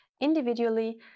individually